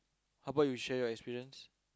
how about you share your experience